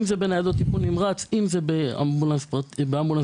אם זה בניידות טיפול נמרץ; אם זה באמבולנסים רגילים,